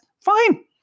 fine